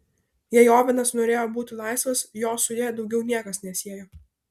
jei ovenas norėjo būti laisvas jo su ja daugiau niekas nesiejo